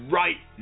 right